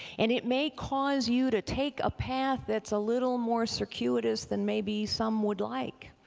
and it may cause you to take a path that's a little more circuitous than maybe some would like.